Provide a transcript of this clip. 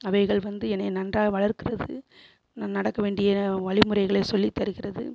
அவைகள் வந்து என்னை நன்றாக வளர்க்கிறது நான் நடக்க வேண்டிய வழிமுறைகளைச் சொல்லித் தருகிறது